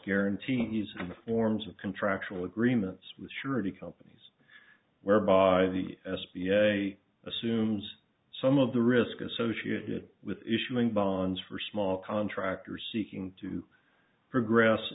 guarantees in the forms of contractual agreements with surety companies whereby the s b a assumes some of the risk associated with issuing bonds for small contractors seeking to progress